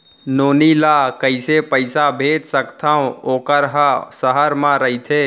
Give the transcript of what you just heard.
नोनी ल कइसे पइसा भेज सकथव वोकर ह सहर म रइथे?